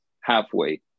halfway